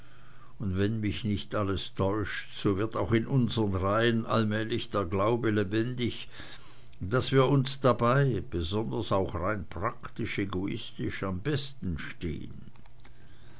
und wenn mich nicht alles täuscht so wird auch in unsern reihen allmählich der glaube lebendig daß wir uns dabei besonders auch rein praktisch egoistisch am besten stehn